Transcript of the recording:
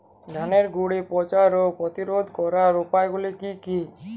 ধানের গুড়ি পচা রোগ প্রতিরোধ করার উপায়গুলি কি কি?